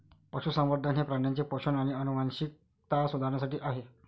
पशुसंवर्धन हे प्राण्यांचे पोषण आणि आनुवंशिकता सुधारण्यासाठी आहे